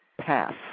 pass